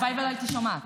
הלוואי ולא הייתי שומעת.